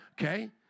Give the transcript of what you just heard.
Okay